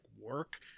work